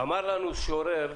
אמר לנו שורר,